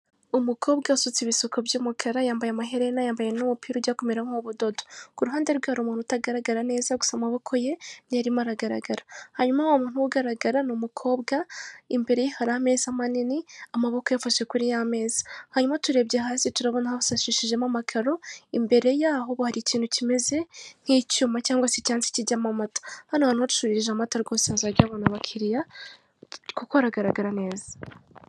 Umukobwa asutse ibisuko by'umukara yambaye amaherena, yambaye n'umupira ujya kumera nkuw'ubododo, ku ruhande rwe hari umuntu utagaragara neza gusa amaboko ye niyo arimo aragaragara, hanyuma wa muntu we ugaragara ni umukobwa imbere ye hari ameza manini amaboko ye afashe kuri ya meza, hanyuma turebye hasi turabona hasashishijemo amakaro, imbere yaho hari ikintu kimeze nk'icyuma cyangwa se icyansi kijyamo amata. Hano uhacururije amata rwose wazajya uhabona abakiriya kuko haragaragara neza.